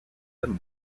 them